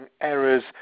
errors